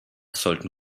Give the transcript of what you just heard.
sollten